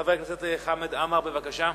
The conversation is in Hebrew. חבר הכנסת חמד עמאר, בבקשה.